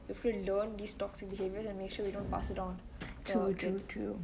if we learn these toxic behaviours and make sure we don't pass them on